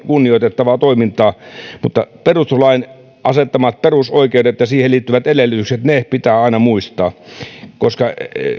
kunnioitettavaa toimintaa mutta perustuslain asettamat perusoikeudet ja siihen liittyvät edellytykset pitää aina muistaa koska